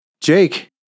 Jake